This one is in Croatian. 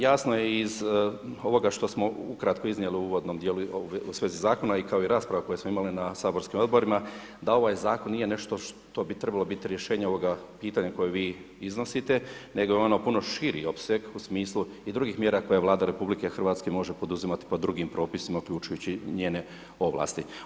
Jasno je iz ovog što smo ukratko iznijeli u uvodnom dijelu u svezi zakona i kao i rasprave koje smo imali na saborskim odborima da ovaj zakon nije nešto što bi trebalo biti rješenje ovoga pitanja koje vi iznosite nego je ono puno širi opseg u smislu i drugih mjera koje Vlada RH može poduzimati pod drugim propisima uključujući njene ovlasti.